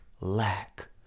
lack